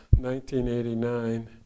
1989